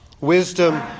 Wisdom